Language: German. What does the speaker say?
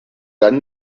dann